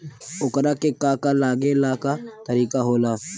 ओकरा के का का लागे ला का तरीका होला?